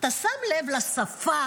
אתה שם לב לשפה,